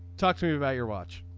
talk to me about your watch.